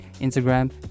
Instagram